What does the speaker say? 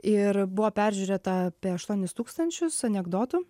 ir buvo peržiūrėta apie aštuonis tūkstančius anekdotų